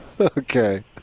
Okay